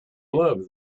love